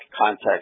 contact